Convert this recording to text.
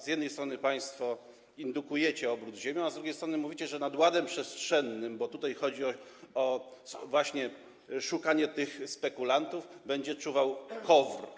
Z jednej strony państwo indukujecie obrót ziemią, a z drugiej strony mówicie, że nad ładem przestrzennym, bo tutaj chodzi właśnie o szukanie tych spekulantów, będzie czuwał KOWR.